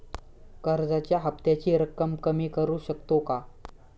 कर्जाच्या हफ्त्याची रक्कम कमी करू शकतो का?